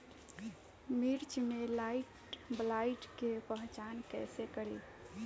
मिर्च मे माईटब्लाइट के पहचान कैसे करे?